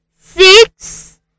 Six